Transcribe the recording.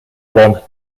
one